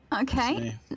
Okay